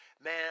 Man